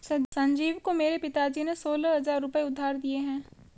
संजीव को मेरे पिताजी ने सोलह हजार रुपए उधार दिए हैं